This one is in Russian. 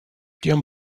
тем